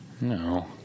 No